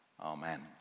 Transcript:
Amen